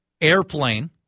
Airplane